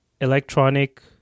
electronic